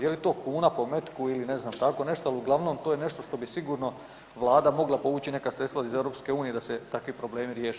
Je li to kuna po metku ili ne znam, tako nešto, ali uglavnom, to je nešto što bi sigurno Vlada mogla povući neka sredstva iz EU da se takvi problemi riješe.